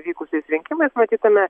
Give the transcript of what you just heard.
vykusiais rinkimais matytume